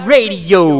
Radio